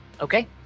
Okay